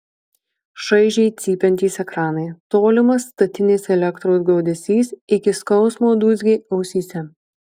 šaižiai cypiantys ekranai tolimas statinės elektros gaudesys iki skausmo dūzgė ausyse